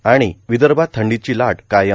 आणि विदर्भात थंडीची लाट कायम